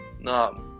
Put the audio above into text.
No